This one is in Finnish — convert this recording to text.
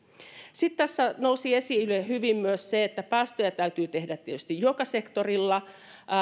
sitten tässä nousi esille hyvin myös se että päästövähennyksiä täytyy tehdä tietysti joka sektorilla